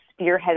spearheaded